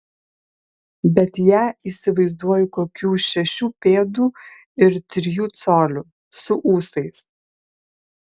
bet ją įsivaizduoju kokių šešių pėdų ir trijų colių su ūsais